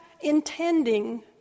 intending